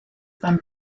beim